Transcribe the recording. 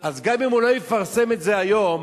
גם אם הוא לא יפרסם את זה היום?